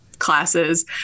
classes